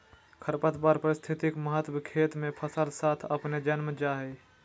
खरपतवार पारिस्थितिक महत्व खेत मे फसल साथ अपने जन्म जा हइ